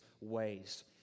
ways